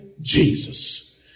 Jesus